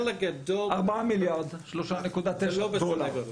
4 מיליארד, 3.9 מיליארד דולר.